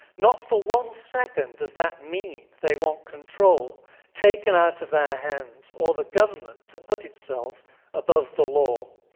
not for one second does that mean they want control taken out of their hands or the government to put itself above the law.